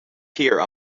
here